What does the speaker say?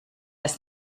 dass